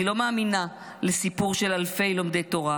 אני לא מאמינה לסיפור של אלפי לומדי תורה,